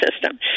system